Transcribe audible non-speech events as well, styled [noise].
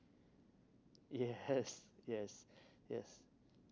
yes yes [breath] yes